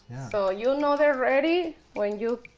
so you know they're ready when you